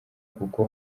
kuko